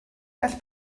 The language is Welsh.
gall